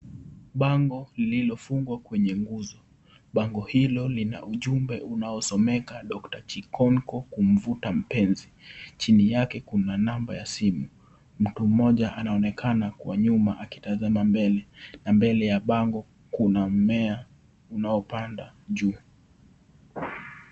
Bango lililo fungwa kwenye nguzo, bango hilo lina ujumbe unaosomeka Dr. Chikonko kumvuta mapenzi chini yake kuna namba ya simu, mtu mmoja anaonekana Kwa nyuma akitazama mbele na mbele ya bango kuna mimea unaopanda juu.